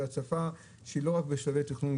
הצפה שהיא לא רק בשלבי תכנון.